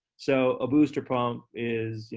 so a booster pump is, you